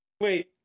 Wait